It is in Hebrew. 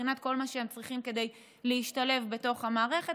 מבחינת כל מה שהם צריכים כדי להשתלב בתוך המערכת.